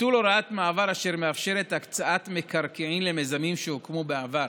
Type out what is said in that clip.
ביטול הוראת מעבר אשר מאפשרת הקצאת מקרקעין למיזמים שהוקמו בעבר.